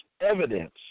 evidence